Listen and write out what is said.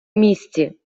місці